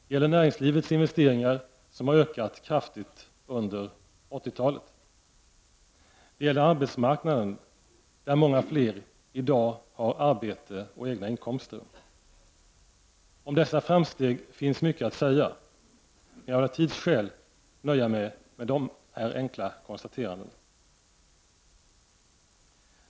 Det gäller näringslivets investeringar som har ökat kraftigt under 80-talet. Det gäller arbetsmarknaden, där många fler i dag har arbete och egna inkomster. Om dessa framsteg finns mycket att säga, men jag vill av tidsskäl nöja mig med dessa enkla konstateranden.